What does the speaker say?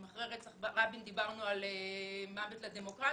אם אחרי רצח רבין דברנו על מוות לדמוקרטיה,